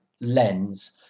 lens